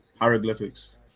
hieroglyphics